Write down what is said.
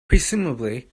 presumably